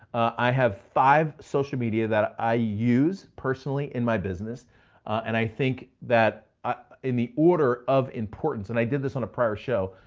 i have five social media that i use personally in my business and i think that in the order of importance, and i did this on a prior show,